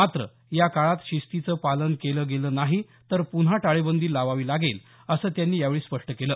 मात्र या काळात शिस्तीचं पालन केलं गेलं नाही तर पुन्हा टाळेबंदी लावावी लागेल असं त्यांनी यावेळी स्पष्ट केलं